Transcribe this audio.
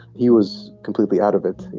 he was completely out of it. you